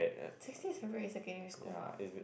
sixty is average in secondary mark